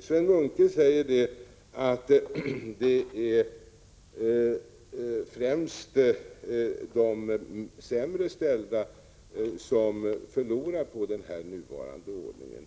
Sven Munke säger att det är främst de sämre ställda som förlorar på den nuvarande ordningen.